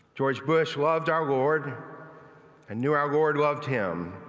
george bush loved our lord and knew our lord loved him.